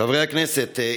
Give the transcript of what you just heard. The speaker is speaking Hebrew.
חברי הכנסת,